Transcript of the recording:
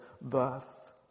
birth